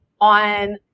on